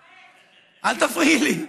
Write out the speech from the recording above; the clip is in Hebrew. אורן, אל תפריעי לי.